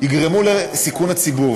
תגרום לסיכון הציבור.